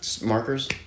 Markers